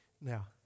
Now